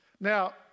Now